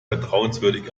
vertrauenswürdig